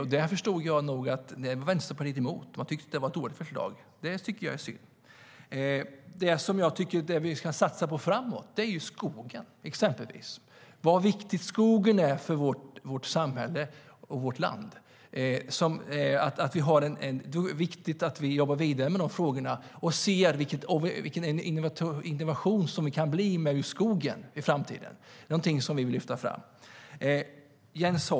Det förstod jag att Vänsterpartiet nog var emot. Man tyckte att det var ett dåligt förslag, och det tycker jag är synd. Det jag tycker att vi ska satsa på framåt är exempelvis skogen. Skogen är viktig för vårt samhälle och vårt land, och det är viktigt att vi jobbar vidare med de frågorna och ser vilken innovation det kan bli med just skogen i framtiden. Det är något vi vill lyfta fram.